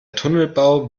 tunnelbau